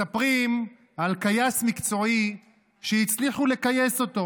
מספרים על כייס מקצועי שהצליחו לכייס אותו,